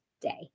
day